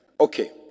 Okay